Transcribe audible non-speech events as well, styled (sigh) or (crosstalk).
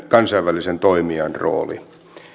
(unintelligible) kansainvälisen toimijan rooli